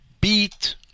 beat